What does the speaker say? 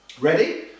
Ready